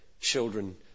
children